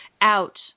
out